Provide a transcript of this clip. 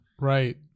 right